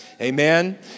amen